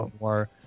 more